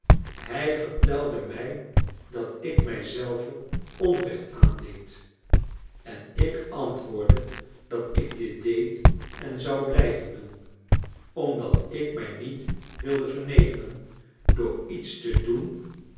hij vertelde mij dat ik mij zelve onrecht aandeed en ik antwoordde dat ik dit deed en zou blijven doen omdat ik mij niet wilde vernederen door iets te doen